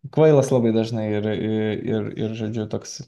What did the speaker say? kvailas labai dažnai ir ir žodžiu toks